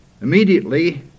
Immediately